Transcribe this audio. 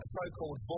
so-called